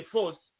Force